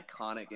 iconic